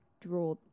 draw